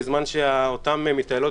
בזמן שאותן מתעללות